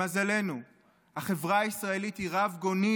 למזלנו החברה הישראלית היא רב-גונית,